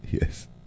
Yes